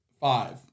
Five